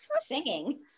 singing